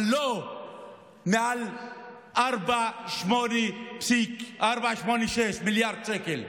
אבל לא מעל 4.86 מיליארד שקל.